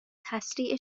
تسریع